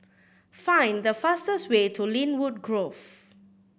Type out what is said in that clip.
find the fastest way to Lynwood Grove